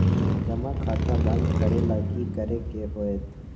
जमा खाता बंद करे ला की करे के होएत?